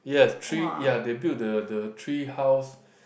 yes tree ya they build the the tree house